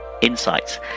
insights